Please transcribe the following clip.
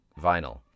vinyl